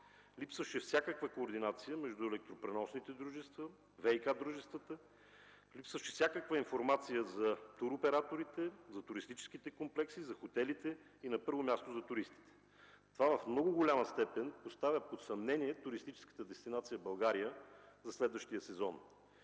Липсваше всякаква координация между електропреносните дружества и ВиК-дружествата. Липсваше всякаква информация за туроператорите, за туристическите комплекси, за хотелите и на първо място за туристите. Това в много голяма степен постави под съмнение туристическата дестинация България за следващия сезон.